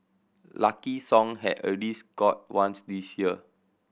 Lucky Song had already scored once this year